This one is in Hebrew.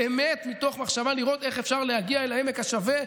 באמת מתוך מחשבה לראות איך אפשר להגיע אל עמק השווה,